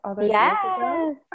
Yes